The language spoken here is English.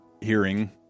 hearing